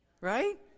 Right